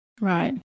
Right